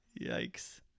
Yikes